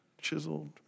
chiseled